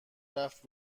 رفت